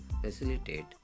facilitate